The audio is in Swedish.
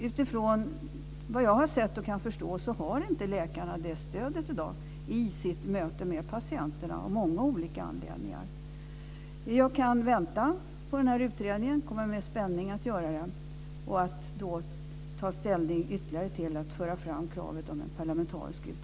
Utifrån vad jag har sett och kan förstå så har läkarna i dag av många olika anledningar inte det stödet i sitt möte med patienterna. Jag kan vänta på utredningen, och kommer också att göra det med spänning. Jag kommer då att ytterligare ta ställning till att föra fram kravet på en parlamentarisk utredning.